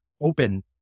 open